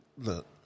Look